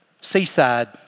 seaside